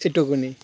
সেই টুকুনি